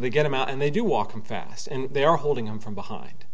they get him out and they do walking fast and they are holding him from behind